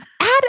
Add